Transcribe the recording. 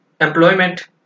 Employment